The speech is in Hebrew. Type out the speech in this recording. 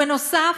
בנוסף,